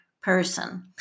person